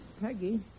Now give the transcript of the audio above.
Peggy